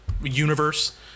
universe